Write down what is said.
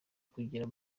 kugira